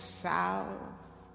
south